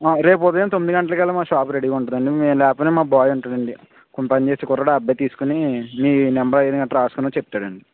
రేపు ఉదయం తొమ్మిది గంటలకల్లా మా షాప్ రెడీగా ఉంటుందండీ మేము లేకపోయినా మా బాయ్ ఉంటాడండి పని చేసే కుర్రాడు ఆ అబ్బాయి తీసుకుని మీ నెంబర్ గట్రా రాసుకుని చెప్తాడండీ